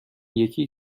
یکی